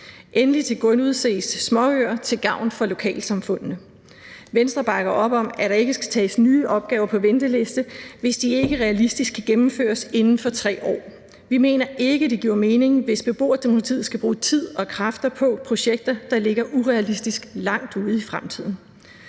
Endelig tilgodeses småøer til gavn for lokalsamfundene. Venstre bakker op om, at der ikke skal optages nye opgaver på venteliste, hvis de ikke realistisk kan gennemføres inden for 3 år. Vi mener ikke, det giver mening, hvis beboerdemokratiet skal bruge tid og kræfter på projekter, der ligger urealistisk langt ude i fremtiden.